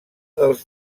dels